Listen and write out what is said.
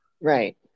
Right